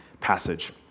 passage